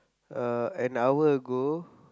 uh an hour ago